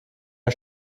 der